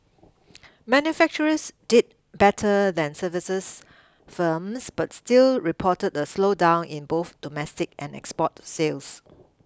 manufacturers did better than services firms but still reported the slowdown in both domestic and export sales